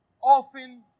often